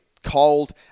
cold